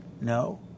no